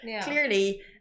clearly